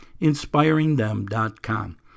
inspiringthem.com